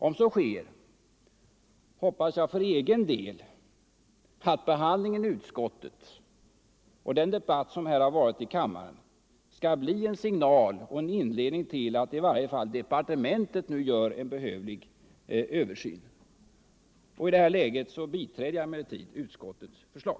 Om så sker, hoppas jag för egen del att behandlingen i utskottet och den debatt som har förts här i dag skall bli en signal till att i varje fall departementet nu gör en behövlig översyn. I det här läget biträder jag emellertid utskottets förslag.